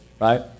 right